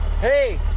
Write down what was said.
Hey